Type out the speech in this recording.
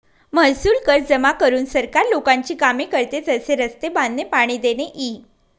महसूल कर जमा करून सरकार लोकांची कामे करते, जसे रस्ते बांधणे, पाणी देणे इ